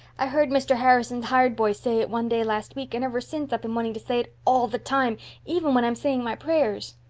i heard mr. harrison's hired boy say it one day last week, and ever since i've been wanting to say it all the time even when i'm saying my prayers.